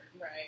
Right